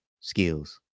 skills